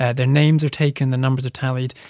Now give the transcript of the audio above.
and their names are taken. the numbers are tallied.